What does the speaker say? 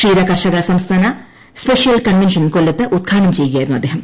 ക്ഷീരകർഷക സംസ്ഥാന special convention കൊല്ലത്ത് ഉദ്ഘാടനം ചെയ്യുകയായിരുന്നു അദ്ദേഹം